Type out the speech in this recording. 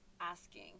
asking